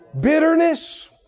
Bitterness